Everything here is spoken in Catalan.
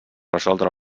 resoldre